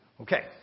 Okay